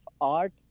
art